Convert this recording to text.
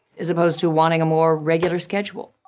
as opposed to wanting a more regular schedule.